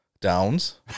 Downs